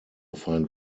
find